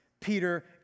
Peter